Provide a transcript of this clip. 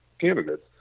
candidates